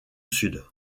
sud